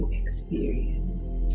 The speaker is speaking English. experience